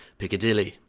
piccadilly.